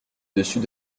dessus